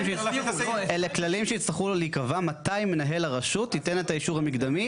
אלה כללים שיצטרכו להיקבע מתי מנהל הרשות ייתן את האישור המקדמי,